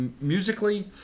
musically